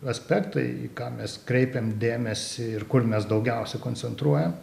aspektai į ką mes kreipiam dėmesį ir kur mes daugiausia koncentruojam